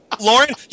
Lauren